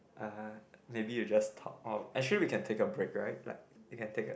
uh maybe you just talk orh actually we can take a break right like we can take a